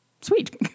Sweet